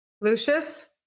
Lucius